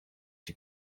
die